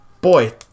boy